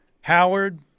Howard